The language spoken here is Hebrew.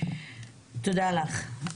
תודה לך.